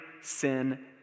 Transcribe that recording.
sin